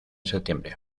septiembre